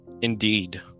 Indeed